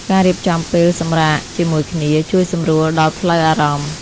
ការរៀបចំពេលសម្រាកជាមួយគ្នា ជួយសម្រួលដល់ផ្លូវអារម្មណ៍។